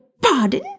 pardon